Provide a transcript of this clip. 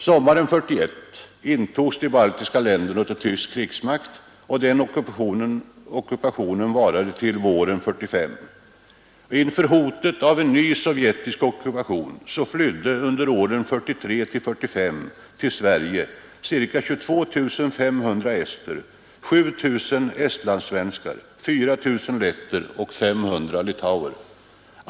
Sommaren 1971 intogs de baltiska länderna av tysk krigsmakt, och denna ockupation varade till våren 1945. Inför hotet av en ny sovjetisk ockupation flydde under åren 1943—194S5 till Sverige ca 22 500 ester, 7 000 estlandssvenskar, 4 000 letter och 500 litauer.